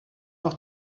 noch